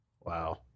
Wow